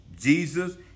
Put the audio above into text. Jesus